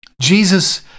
Jesus